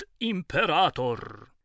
Imperator